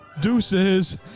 deuces